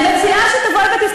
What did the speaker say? אני מציעה שתשאל את חיים ילין,